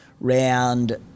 round